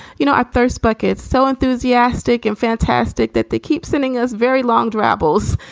you know, our thirst buckets so enthusiastic and fantastic that they keep sending us very long dry apples